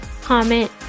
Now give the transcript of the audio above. comment